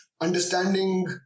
understanding